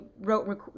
wrote